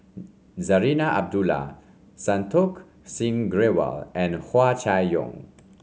Zarinah Abdullah Santokh Singh Grewal and Hua Chai Yong